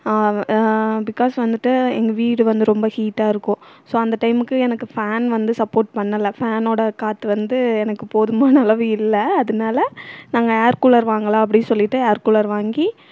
because வந்துட்டு எங்கள் வீடு வந்து ரொம்ப ஹீட்டாகருக்கும் ஸோ அந்த டைம்க்கு எனக்கு ஃபேன் வந்து சப்போர்ட் பண்ணலை ஃபேனோட காற்று வந்து எனக்கு போதுமான அளவு இல்லை அதனால் நாங்கள் ஏர் கூலர் வாங்கலாம் அப்படினு சொல்லிவிட்டு ஏர் கூலர் வாங்கி